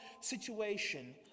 situation